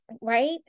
right